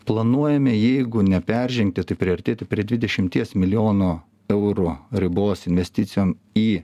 planuojame jeigu neperžengti tai priartėti prie dvidešimties milijonų eurų ribos investicijom į